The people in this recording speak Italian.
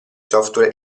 software